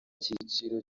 kiciro